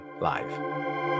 live